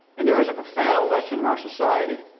and there is a profound lesson in our society,